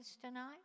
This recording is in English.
tonight